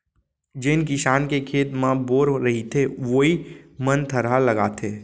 जेन किसान के खेत म बोर रहिथे वोइ मन थरहा लगाथें